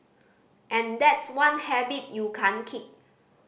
and that's one habit you can't kick